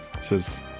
says